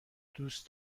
دوست